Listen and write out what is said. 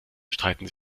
streiten